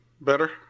Better